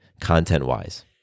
content-wise